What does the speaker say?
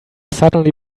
suddenly